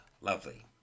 Lovely